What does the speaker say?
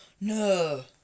No